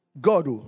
God